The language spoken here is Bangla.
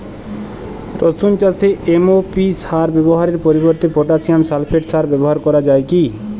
রসুন চাষে এম.ও.পি সার ব্যবহারের পরিবর্তে পটাসিয়াম সালফেট সার ব্যাবহার করা যায় কি?